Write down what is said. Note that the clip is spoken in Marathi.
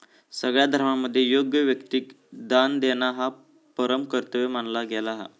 सगळ्या धर्मांमध्ये योग्य व्यक्तिक दान देणा ह्या परम कर्तव्य मानला गेला हा